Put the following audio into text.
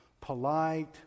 polite